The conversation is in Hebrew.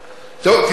טוב,